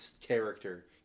character